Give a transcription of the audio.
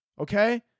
okay